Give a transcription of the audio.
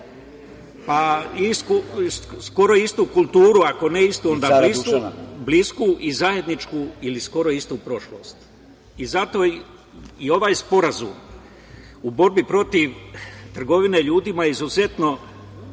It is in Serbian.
skoro istu kulturu, ako ne onda blisku i zajedničku i skoro istu prošlost. Zato je ovaj sporazum o borbi protiv trgovine ljudima izuzetno